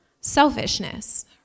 Selfishness